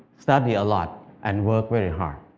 study a lot and work very hard,